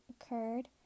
occurred